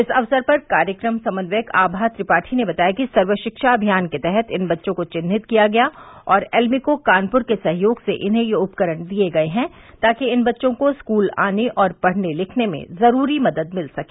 इस अवसर पर कार्यक्रम समन्वयक आभा त्रिपाठी ने बताया कि सर्व शिक्षा अभियान के तहत इन बच्चों को चिन्हित किया गया और एल्मिको कानपुर के सहयोग से इन्हें यह उपकरण दिये गये हैं ताकि इन बच्चों को स्कूल आने और पढ़ने लिखने में ज़रूरी मदद मिल सके